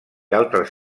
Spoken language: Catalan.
altres